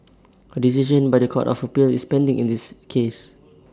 A decision by The Court of appeal is pending in this case